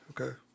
Okay